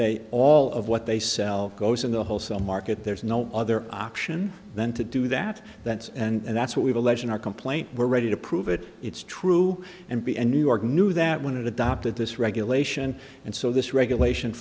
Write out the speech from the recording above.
they all of what they sell goes in the wholesale market there's no other option than to do that that's and that's what we've alleged in our complaint we're ready to prove it it's true and be in new york knew that when it adopted this regulation and so this regulation